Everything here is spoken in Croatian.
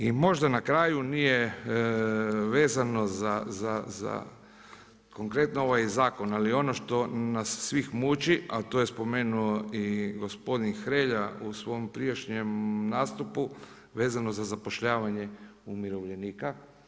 I možda na kraju nije vezano za konkretno ovaj zakon, ali ono što nas svih muči, a to je spomenuo i gospodin Hrelja u svom prijašnjem nastupu vezano za zapošljavanje umirovljenika.